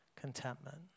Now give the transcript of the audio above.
contentment